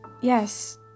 Yes